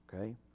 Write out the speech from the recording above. Okay